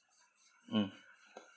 mm